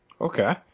Okay